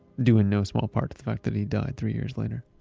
due in no small part of the fact that he died three years later